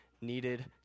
needed